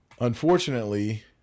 Unfortunately